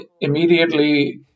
immediately